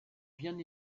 bien